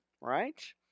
right